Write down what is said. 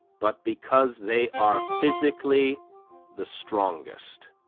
but because they are physically the strongest.